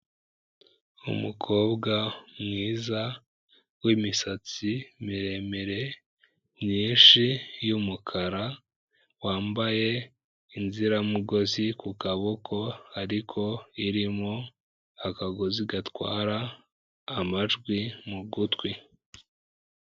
Umukobwa mwiza w'imisatsi miremire myinshi y'umukara, wambaye inziramugozi ku kaboko ariko irimo akagozi gatwara amajwi mu gutwi.